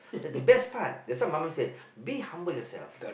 then the best part that's what my mom said be humble yourself